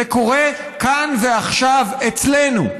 זה קורה כאן ועכשיו, אצלנו.